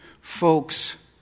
Folks